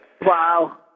Wow